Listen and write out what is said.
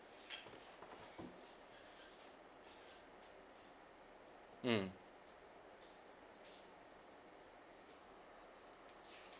mm